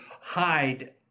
hide